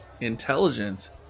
intelligent